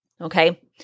Okay